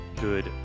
good